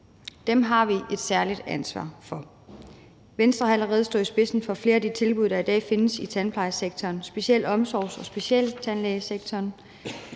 Dem har vi et særligt ansvar for. Venstre har allerede stået i spidsen for flere af de tilbud, der i dag findes i tandplejesektoren, specielt i omsorgs- og specialtandlægesektoren.